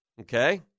Okay